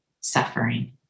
suffering